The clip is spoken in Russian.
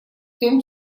том